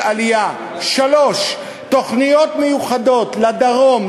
3. תוכניות מיוחדות לדרום,